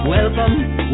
Welcome